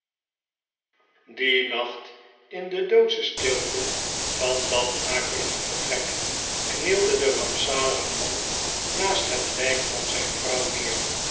dien nacht in de doodsche stilte van dat akelige vertrek knielde de rampzalige man naast het lijk van zijn vrouw neer